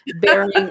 bearing